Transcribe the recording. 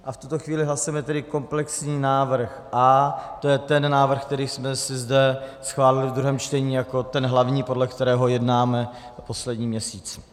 V tuto chvíli hlasujeme tedy komplexní návrh A, to je ten návrh, který jsme si zde schválili v druhém čtení jako ten hlavní, podle kterého jednáme poslední měsíc.